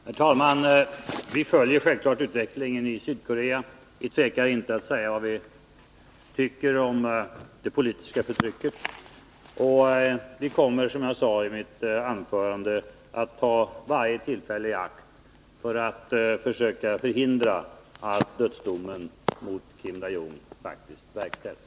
Herr talman! Vi följer självfallet utvecklingen i Sydkorea. Vi tvekar inte att säga vad vi tycker om det politiska förtrycket. Och vi kommer, som jag sade i mitt svar, att ta varje tillfälle i akt för att försöka förhindra att dödsdomen mot Kim Dae-Jung verkställs.